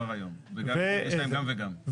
יש להם גם וגם.